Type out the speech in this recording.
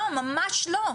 לא, ממש לא.